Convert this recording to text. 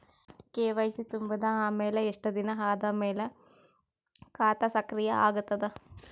KYC ತುಂಬಿದ ಅಮೆಲ ಎಷ್ಟ ದಿನ ಆದ ಮೇಲ ಖಾತಾ ಸಕ್ರಿಯ ಅಗತದ?